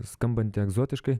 skambanti egzotiškai